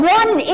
one